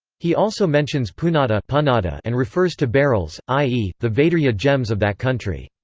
he also mentions pounnata pounnata and refers to beryls, i e, the vaidhurya gems of that country.